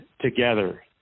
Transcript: together